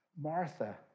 Martha